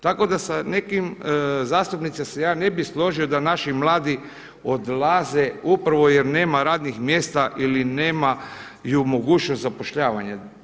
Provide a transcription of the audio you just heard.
Tako da sa nekim zastupnicima se ja ne bi složio da naši mladi odlaze upravo jer nema radnih mjesta ili nemaju mogućnosti zapošljavanja.